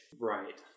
Right